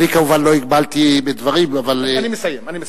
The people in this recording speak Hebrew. אני כמובן לא הגבלתי בדברים, אני מסיים.